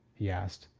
he asked.